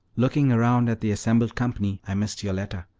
looking round at the assembled company i missed yoletta,